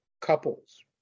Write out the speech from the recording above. couples